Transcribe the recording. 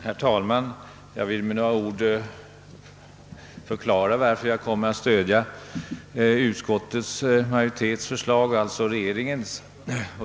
Herr talman! Jag vill med några ord förklara varför jag kommer att stödja utskottsmajoritetens förslag — alltså regeringens.